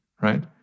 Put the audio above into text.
right